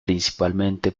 principalmente